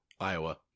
Iowa